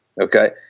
okay